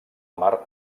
mar